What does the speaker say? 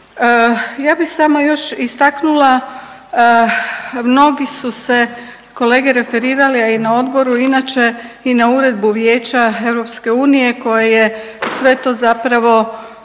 Ja bi samo još istaknula, mnogi su se kolege referirali, a i na odboru inače i na Uredbu Vijeća EU koje je sve to zapravo uredilo